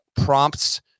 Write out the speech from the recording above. prompts